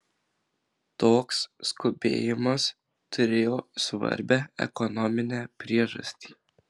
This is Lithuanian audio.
toks skubėjimas turėjo svarbią ekonominę priežastį